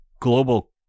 global